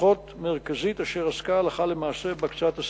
תמיכות מרכזית, אשר עסקה הלכה למעשה בהקצאת הסיוע.